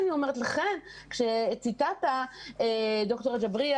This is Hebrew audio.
לכן כשציטטת ד"ר אגבאריה,